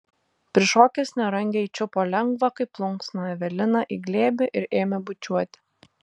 prišokęs nerangiai čiupo lengvą kaip plunksną eveliną į glėbį ir ėmė bučiuoti